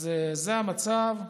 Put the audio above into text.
אז זה המצב.